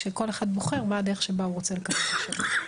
כשכל אחד בוחר מה הדרך שבה הוא רוצה לקבל את השירות.